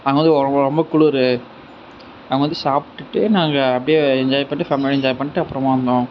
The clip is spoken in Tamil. அங்கே வந்து ரொம்ப குளிரு அங்கே வந்து சாப்பிடுட்டு நாங்க அப்டே என்ஜாய் பண்ணிட்டு ஃபேமிலியோட என்ஜாய் பண்ணிட்டு அப்புறமா வந்தோம்